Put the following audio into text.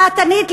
דעתנית,